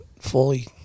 fully